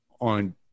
on